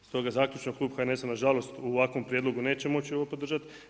Stoga zaključno, Klub HNS-a na žalost u ovakvom prijedlogu neće moći ovo podržati.